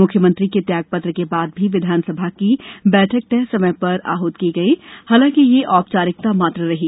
मुख्यमंत्री के त्यागपत्र के बाद भी विधानसभा की बैठक तय समय पर आहूत की गई हालांकि यह औपचारिकता मात्र रही